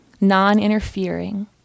non-interfering